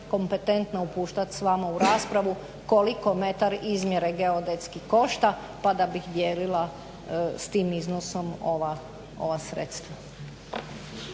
kompetentna upuštat s vama u raspravu koliko metar izmjere geodetski košta pa da bih dijelila s tim iznosom ova sredstva.